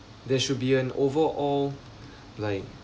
there should be an overall like